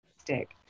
stick